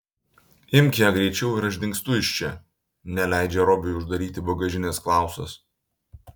imk ją greičiau ir aš dingstu iš čia neleidžia robiui uždaryti bagažinės klausas